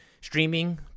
streaming